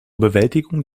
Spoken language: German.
bewältigung